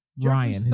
Ryan